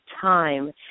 time